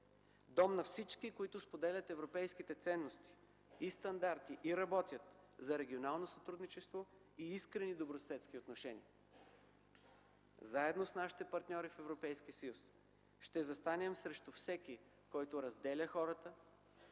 дом на всички, които споделят европейските ценности и стандарти и работят за регионално сътрудничество и искрени добросъседски отношения. Заедно с нашите партньори в Европейския съюз ще застанем срещу всеки, който разделя хората,